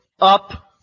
up